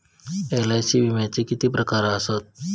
LIC विम्याचे किती प्रकार आसत?